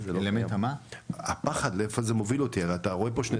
מה שהוביל אותי בסוף להתקף פסיכוטי